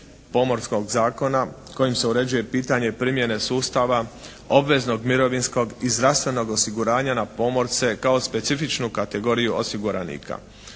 Pomorskog zakona kojim se uređuje pitanje primjene sustava obveznog mirovinskog i zdravstvenog osiguranja na pomorce kao specifičnu kategoriju osiguranika.